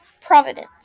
Providence